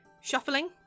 Shuffling